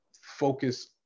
focus